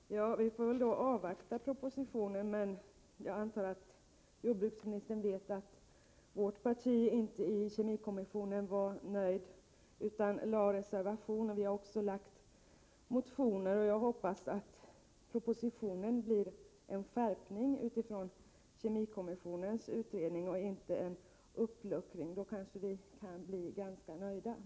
Herr talman! Vi får väl avvakta propositionen. Jag antar att jordbruksministern vet att vi i vårt parti inte var nöjda i kemikommissionen utan lämnade reservationer. Vi har också väckt motioner. Jag hoppas att propositionen med hänsyn till kemikommissionens utredning kommer att innebära en skärpning och inte en uppluckring. Då kanske vi kan bli ganska nöjda.